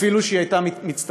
אפילו שהיא הייתה מצטיינת,